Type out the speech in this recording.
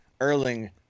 Erling